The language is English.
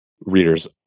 Readers